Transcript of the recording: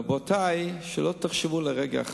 רבותי, שלא תחשבו לרגע אחד: